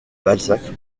balzac